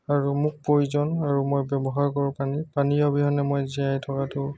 আৰু মোক প্ৰয়োজন আৰু মই ব্যৱহাৰ কৰোঁ পানী পানী অবিহনে মই জীয়াই থকাটো